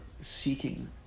seeking